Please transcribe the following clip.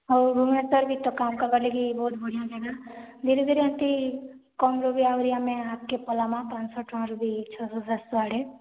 ହଉ ଭୁବନେଶ୍ୱର ବି ତ କାମ୍ କର୍ବା ଲାଗି ବହୁତ ବଢ଼ିଆ ଜାଗା ଧୀରେ ଧୀରେ ଏଠି କମ୍ରୁ ବି ଆହୁରି ଆମେ ଆପକେ ପଲାମା ପାଆଁଶହ ଟଙ୍କାରୁ ବି ଛଅଶହ ସାତଶହ ଆଡ଼େ